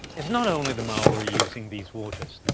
not only the maori using these waters.